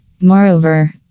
Moreover